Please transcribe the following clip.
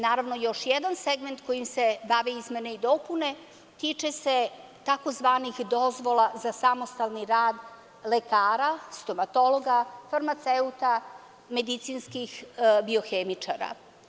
Naravno, još jedan segment kojim se bave izmene i dopune, tiče se tzv. „dozvola za samostalni rad“ lekara, stomatologa, farmaceuta, medicinskih biohemičara.